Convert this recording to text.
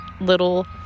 little